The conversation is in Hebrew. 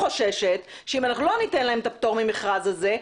חוששת שאם לא ניתן להם את הפטור ממכרז הזה,